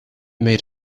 made